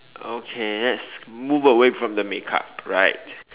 okay let's move away from the makeup right